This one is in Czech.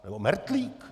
Nebo Mertlík?